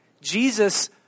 Jesus